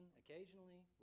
occasionally